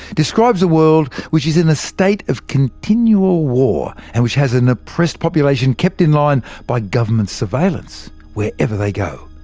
describes a world which is in a state of continual war and which has an oppressed population kept in line by government surveillance wherever they go.